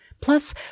Plus